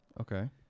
Okay